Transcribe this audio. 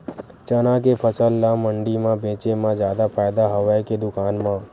चना के फसल ल मंडी म बेचे म जादा फ़ायदा हवय के दुकान म?